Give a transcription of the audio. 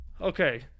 Okay